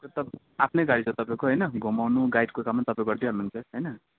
आफ्नै गाडी छ तपाईँको होइन घुमाउनु गाइडको काम पनि तपाईँ गरिदिइहाल्नु हुन्छ होइन